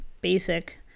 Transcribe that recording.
basic